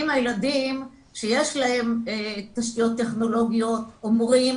אם הילדים שיש להם תשתיות טכנולוגיות אומרים